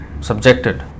subjected